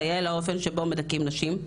כיאה לאופן שבו מדכאים נשים.